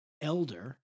elder